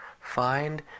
Find